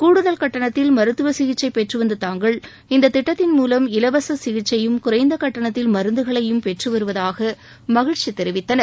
கூடுதல் கட்டணத்தில் மருத்துவ சிகிச்சை பெற்றுவந்த தாங்கள் இந்த திட்டத்தின் மூலம் இலவச சிகிச்சையும் குறைந்த கட்டணத்தில் மருந்துகளையும் பெற்று வருவதாக மகிழ்ச்சி தெரிவித்தனர்